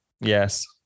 Yes